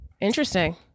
Interesting